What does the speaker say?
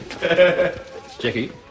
Jackie